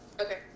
Okay